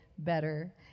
Better